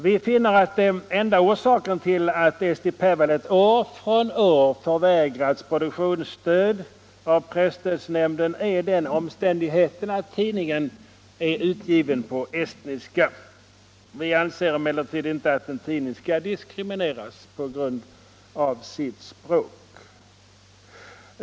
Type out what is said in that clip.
Vi finner att enda orsaken till att Eesti Päevaleht år efter år förvägrats produktionsstöd av presstödsnämnden är den omständigheten att tidningen är utgiven på estniska. Vi anser emellertid inte att en tidning skall diskrimineras på grund av sitt språk.